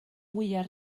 fwyaf